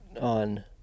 on